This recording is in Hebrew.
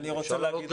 אתה אומר לי